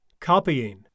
copying